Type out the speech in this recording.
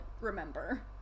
remember